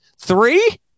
three